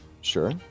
Sure